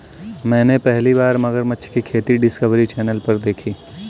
मैंने पहली बार मगरमच्छ की खेती डिस्कवरी चैनल पर देखी